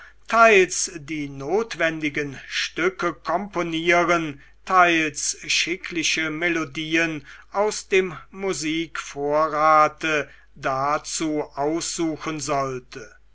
teils die notwendigen stücke komponieren teils schickliche melodien aus dem musikvorrate dazu aussuchen sollte